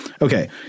Okay